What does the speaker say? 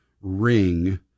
ring